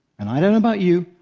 and i don't know about you,